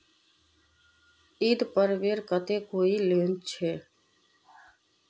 ईद पर्वेर केते कोई लोन छे?